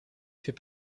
fait